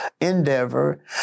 endeavor